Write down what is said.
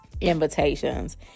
invitations